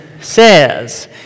says